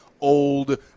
Old